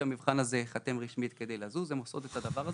תוכנית שאתם בניתם, כי אתם בניתם את מבחני התמיכה.